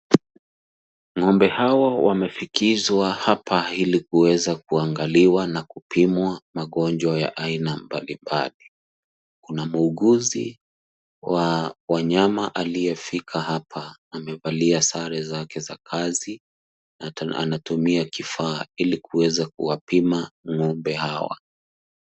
Ngombe hawa wamefikishwa hapa ilikuweza kuangaliwa na kupiwa magonjwa ya aina mbalimbali kuna muuguzi wa wanyama aliyefika hapa na amevalia sare zake za kazi na anatumia kifaa ilikuweza kuwapima ngombe hawa.